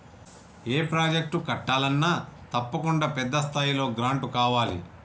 ఏ project కట్టాలన్నా తప్పకుండా పెద్ద స్థాయిలో గ్రాంటు కావాలి